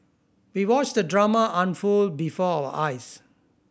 we watched the drama unfold before our eyes